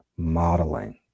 Modeling